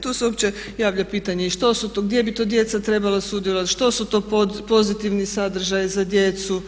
Tu se uopće javlja pitanje i što su to, gdje bi to djeca trebala sudjelovati, što su to pozitivni sadržaji za djecu,